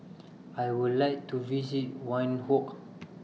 I Would like to visit Windhoek